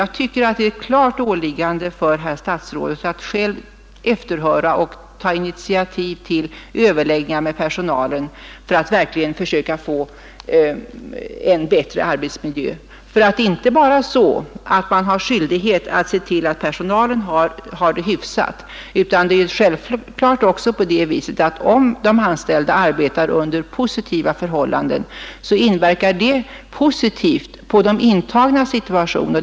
Jag tycker att det är ett klart åliggande för herr statsrådet att själv efterhöra och ta initiativ till överläggningar med personalen för att verkligen försöka få en bättre arbetsmiljö. Det är inte bara så att man har skyldighet att se till att personalen har det hyfsat utan det är självklart också på det viset att om de anställda arbetar under positiva förhållanden, inverkar detta positivt på de intagnas situation.